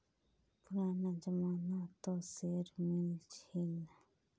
पुराना जमाना त शेयर मिल छील